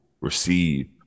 receive